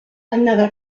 another